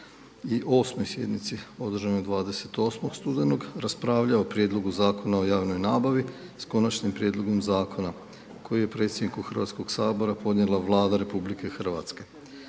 i 8.-oj sjednici održanoj 28. studenog raspravljao o Prijedlogu zakona o javnoj nabavi s konačnim prijedlogom zakona koji je predsjedniku Hrvatskoga sabora podnijela Vlada RH.